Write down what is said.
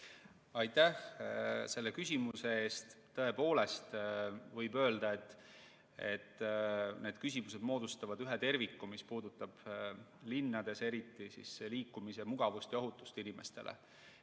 Aitäh selle küsimuse eest! Tõepoolest võib öelda, et need küsimused moodustavad ühe terviku, mis puudutab, eriti linnades, liikumist, mugavust ja inimeste